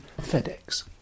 FedEx